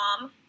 mom